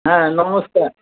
হ্যাঁ নমস্কার